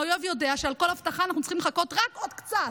האויב יודע שעל כל הבטחה אנחנו צריכים לחכות רק עוד קצת,